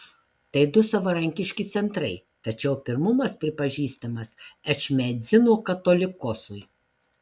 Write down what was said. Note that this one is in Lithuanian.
tai du savarankiški centrai tačiau pirmumas pripažįstamas ečmiadzino katolikosui